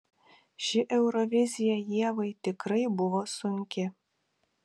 ši eurovizija ievai tikrai buvo sunki